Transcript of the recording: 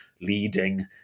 leading